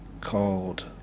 called